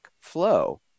flow